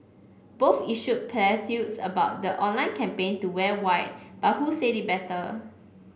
both issued platitudes about the online campaign to wear white but who said it better